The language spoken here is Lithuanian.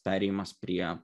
perėjimas prie